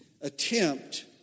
attempt